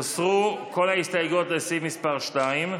הוסרו כל ההסתייגויות לסעיף מס' 2,